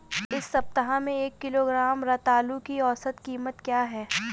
इस सप्ताह में एक किलोग्राम रतालू की औसत कीमत क्या है?